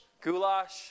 Goulash